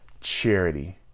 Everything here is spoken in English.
charity